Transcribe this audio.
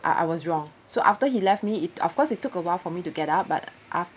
I I was wrong so after he left me it of course it took awhile for me to get up but